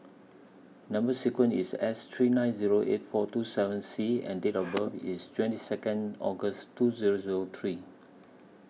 Number sequence IS S three nine Zero eight four two seven C and Date of birth IS twenty Second August two Zero Zero three